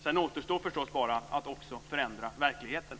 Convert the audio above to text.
Sedan återstår förstås bara att också förändra verkligheten.